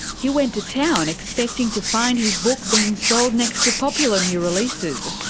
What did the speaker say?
he went to town expecting to find his book being sold next to popular new releases.